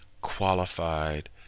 qualified